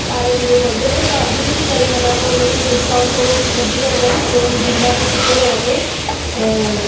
आहे मुंहिंजो बर्थडे पर मां अॼु ई थी करे वञां त हुनजो डिस्काउंट थोरो वधीक मतलबु थोरो ॾींदा त थोरो सुठो रहंदो ऐं